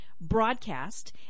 broadcast